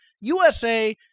USA